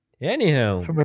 Anyhow